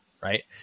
right